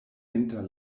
inter